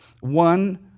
one